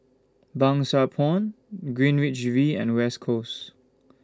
Pang Sua Pond Greenwich V and West Coast